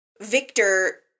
Victor